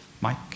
Mike